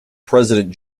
president